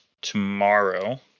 tomorrow